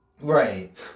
Right